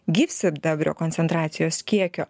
gyvsidabrio koncentracijos kiekio